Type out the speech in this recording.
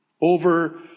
over